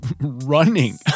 running